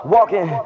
Walking